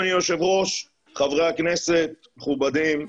בוקר טוב, אדוני היושב ראש, חברי הכנסת, מכובדים.